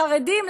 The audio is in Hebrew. לחרדים,